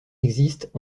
existent